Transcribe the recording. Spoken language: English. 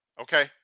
Okay